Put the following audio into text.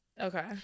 Okay